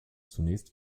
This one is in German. zunächst